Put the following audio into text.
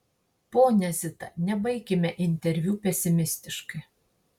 ponia zita nebaikime interviu pesimistiškai